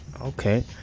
Okay